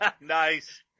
Nice